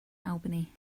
albany